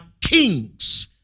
kings